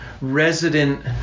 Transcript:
resident